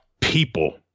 people